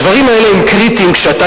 הדברים האלה הם קריטיים כשאתה,